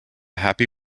happy